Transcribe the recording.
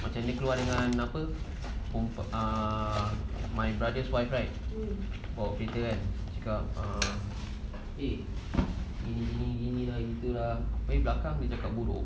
macam dia keluar dengan apa ah my brother's wife right bawa kereta cakap ah eh balakang dia cakap bodoh